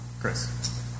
Chris